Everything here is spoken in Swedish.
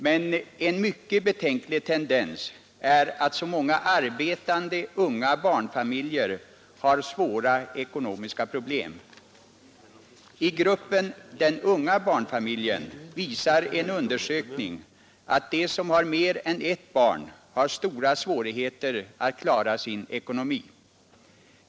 Men en mycket betänklig tendens är att så många arbetande unga barnfamiljer har svåra ekonomiska problem. I gruppen den unga barnfamiljen visar en undersökning att de som har mer än ett barn har stora svårigheter att klara sin ekonomi.